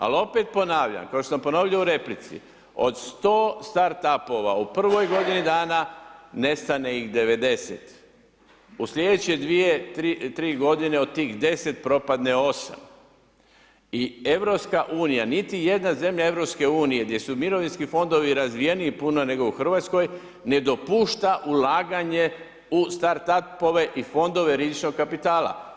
Ali, opet ponavljam, kao što sam ponovio u replici, od 100 Start apova, u prvoj godini dana nestane ih 90, u slijedeće 2-3 godine od tih 10 propadne 8 i EU, niti jedna zemlja EU gdje su mirovinski fondovi razvijeniji puno nego u RH, ne dopušta ulaganje u Start apove i Fondove rizičkog kapitala.